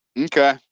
Okay